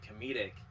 comedic